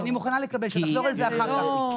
בסדר, אני מוכנה לקבל שנחזור לזה אחר כך.